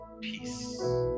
peace